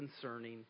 concerning